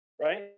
right